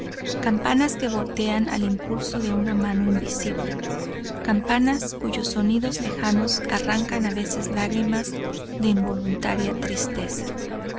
campanas que voltean al impulso de una mano invisible campanas cuyos sonidos lejanos arrancan a veces lágrimas de involuntaria tristeza